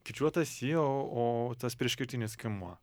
kirčiuotas jo o tas prieškirtinis skiemuo